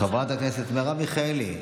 חברת הכנסת מרב מיכאלי,